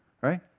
right